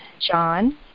John